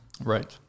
Right